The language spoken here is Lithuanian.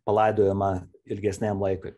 palaidojama ilgesniam laikui